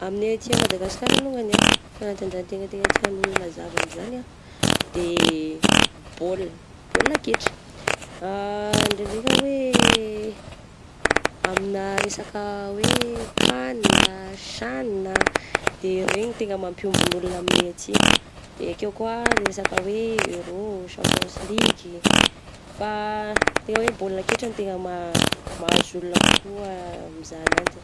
Aminay aty Madagasikara alogany, fanatanjahategna tegna tian'ny olona zahavagna zany ah de bôl, bôl kitra, ndraindraika hoe amigna resaka hoe CAN, CHAN, de regny tegna mampiombogna olona aminay aty, de akeo koa resaka hoe Euro, Champions Ligue, fa tegna hoe bôl kitra ny tegna ma-mahazo olona kokoa mizaha agnazy eh.